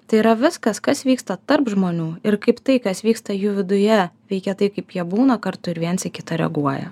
tai yra viskas kas vyksta tarp žmonių ir kaip tai kas vyksta jų viduje veikia tai kaip jie būna kartu ir viens į kitą reaguoja